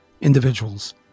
individuals